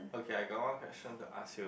okay I got one question to ask you